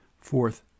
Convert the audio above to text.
Fourth